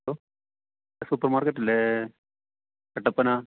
സൂപ്പർമാർക്കറ്റല്ലേ Kattappana